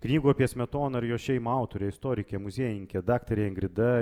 knygų apie smetoną ir jos šeimą autorė istorikė muziejininkė daktarė ingrida